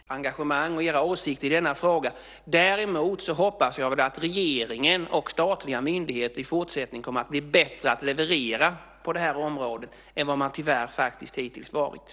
Fru talman! Jag betvivlar inte det ärliga engagemanget och åsikterna hos majoriteten i finansutskottet i denna fråga. Däremot hoppas jag att regeringen och statliga myndigheter i fortsättningen kommer att bli bättre på att leverera på området än vad man, tyvärr, hittills har varit.